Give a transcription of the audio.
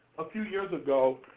a few years ago,